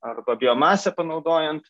arba biomasę panaudojant